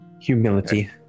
Humility